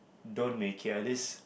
don't make it at least